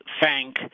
thank